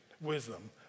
wisdom